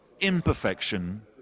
Imperfection